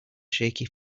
shaky